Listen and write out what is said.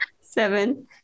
Seven